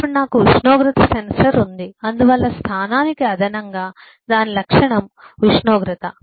అప్పుడు నాకు ఉష్ణోగ్రత సెన్సర్ ఉంది అందువల్ల స్థానానికి అదనంగా దాని లక్షణం ఉష్ణోగ్రత